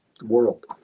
world